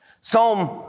Psalm